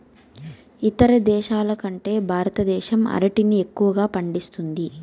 ఇతర దేశాల కంటే భారతదేశం అరటిని ఎక్కువగా పండిస్తుంది